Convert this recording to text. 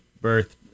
birth